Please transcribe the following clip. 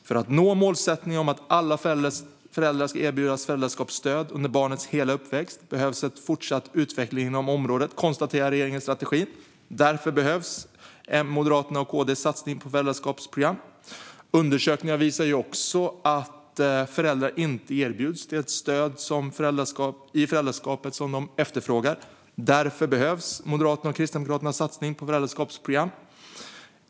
"För att nå målsättningen om att alla föräldrar ska erbjudas föräldraskapsstöd under barnets hela uppväxt behövs en fortsatt utveckling inom området", konstaterar regeringen i strategin. Därför behövs Moderaternas och Kristdemokraternas satsning på föräldraskapsprogram. Undersökningar visar också att föräldrar inte erbjuds det stöd i föräldraskapet som de efterfrågar. Därför behövs Moderaternas och Kristdemokraternas satsning på föräldraskapsprogram.